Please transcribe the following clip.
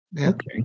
Okay